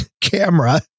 camera